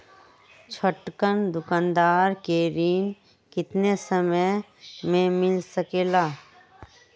छोटकन दुकानदार के ऋण कितने समय मे मिल सकेला?